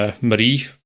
Marie